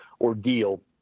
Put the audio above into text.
ordeal